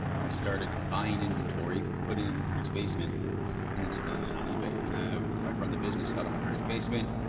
i started buying inventory, putting them in parents' basement and then selling it on ebay. and i'd i'd run the business out of my parents' basement.